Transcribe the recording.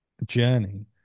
journey